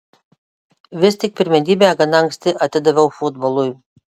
vis tik pirmenybę gana anksti atidaviau futbolui